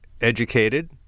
educated